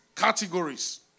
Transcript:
Categories